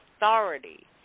authority